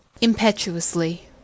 impetuously